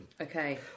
Okay